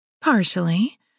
Partially